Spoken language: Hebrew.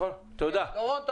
אם